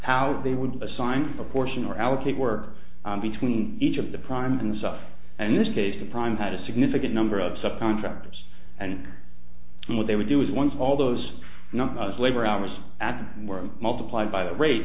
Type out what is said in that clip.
how they would assign proportional allocate work between each of the primes and stuff and this case the primes had a significant number of subcontractors and what they would do is once all those numbers labor hours at work multiplied by the rate